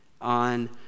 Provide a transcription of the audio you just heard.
on